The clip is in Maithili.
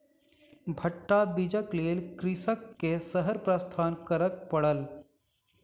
भट्टा बीजक लेल कृषक के शहर प्रस्थान करअ पड़ल